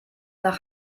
nach